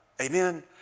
amen